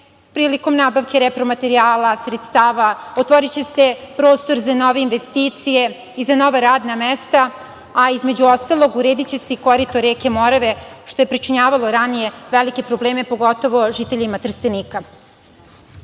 prilikom nabavke repromaterijala, sredstava i otvoriće se prostor za nove investicije, i za nova radna mesta, a između ostalog urediće se korito reke Morave, što je pričinjavalo ranije velike probleme, pogotovo žiteljima Trstenika. Ono